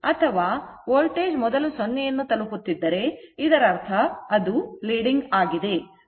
ಅಥವಾ ವೋಲ್ಟೇಜ್ ಮೊದಲು 0 ಯನ್ನು ತಲುಪುತ್ತಿದ್ದರೆ ಇದರರ್ಥ ಅದು leading ಆಗಿದೆ